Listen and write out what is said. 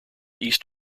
east